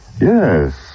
Yes